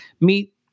meet